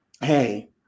Hey